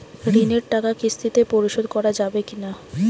ঋণের টাকা কিস্তিতে পরিশোধ করা যাবে কি না?